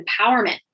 empowerment